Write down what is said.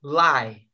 lie